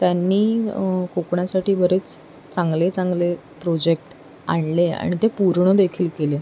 त्यांनी कोकणासाठी बरेच चांगले चांगले प्रोजेक्ट आणले आणि ते पूर्ण देखील केले